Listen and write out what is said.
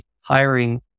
hiring